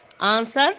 Answer